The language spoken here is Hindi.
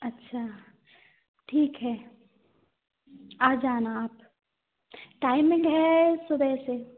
अच्छा ठीक है आ जाना आप टाइमिंग है सुबह से